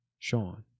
Sean